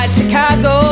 Chicago